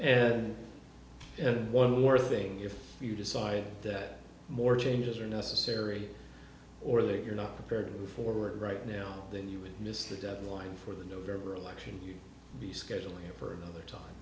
correct and one more thing if you decide that more changes are necessary or that you're not prepared to move forward right now then you would miss the deadline for the november election be scheduling for another time